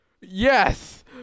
Yes